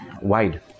wide